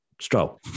Stroll